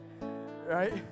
right